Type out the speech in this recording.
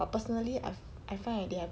but personally I I find that they have